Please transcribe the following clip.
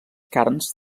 carns